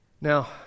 Now